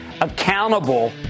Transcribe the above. accountable